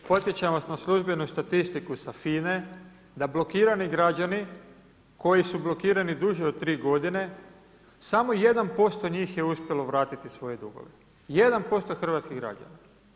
Podsjećam vas na službenu statistiku iz FINA-e, da blokirani građani koji su blokirani duži od 3 g. samo 1% njih je uspjelo vratiti svoje dugove, 1% hrvatskih građana.